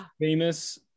famous